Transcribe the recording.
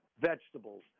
vegetables